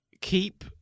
keep